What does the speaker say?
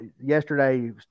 yesterday